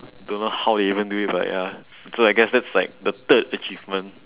don't know how they even do it but ya so I guess that's like the third achievement